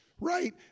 right